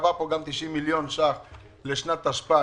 עברו פה גם 90 מיליון שקלים לשנת תשפ"א.